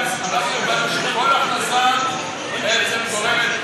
שכל הכנסה בעצם גורמת,